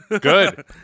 Good